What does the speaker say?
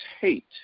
hate